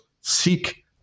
seek